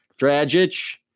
Dragic